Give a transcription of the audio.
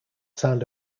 sound